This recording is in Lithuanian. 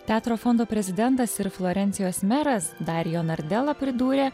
teatro fondo prezidentas ir florencijos meras darijo nardela pridūrė